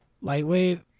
lightweight